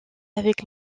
avec